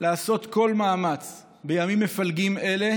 לעשות כל מאמץ בימים מפלגים אלה